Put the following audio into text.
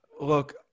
Look